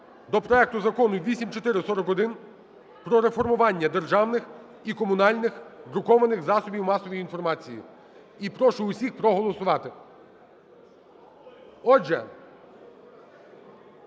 до проекту Закону 8441 "Про реформування державних і комунальних друкованих засобів масової інформації". І прошу всіх проголосувати. Отже,